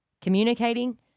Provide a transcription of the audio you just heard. communicating